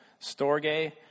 Storge